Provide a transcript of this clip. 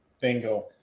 Bingo